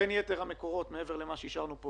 בין יתר המקורות, מעבר למה שהשארנו פה